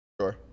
Sure